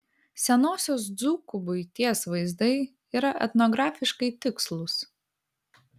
senosios dzūkų buities vaizdai yra etnografiškai tikslūs